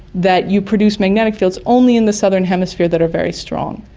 that you produce magnetic fields only in the southern hemisphere that are very strong.